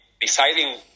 deciding